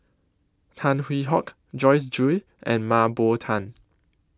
Tan Hwee Hock Joyce Jue and Mah Bow Tan